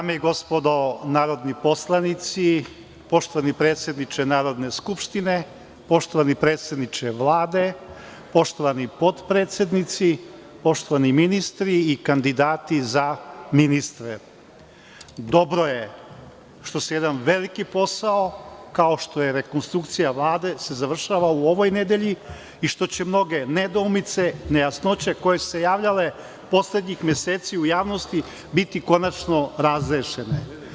Dame i gospodo narodni poslanici, poštovani predsedniče Narodne skupštine, poštovani predsedniče Vlade, poštovani potpredsednici, poštovani ministri i kandidati za ministre, dobro je što se jedan veliki posao, kao što je rekonstrukcija Vlade, završava u ovoj nedelji i što će mnoge nedoumice, nejasnoće koje su se javljale poslednjih meseci u javnosti biti konačno razrešene.